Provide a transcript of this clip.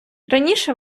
раніше